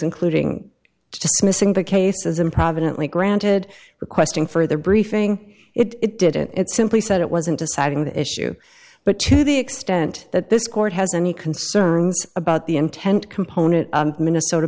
including dismissing the case as improvidently granted requesting further briefing it didn't it simply said it wasn't deciding the issue but to the extent that this court has any concerns about the intent component minnesota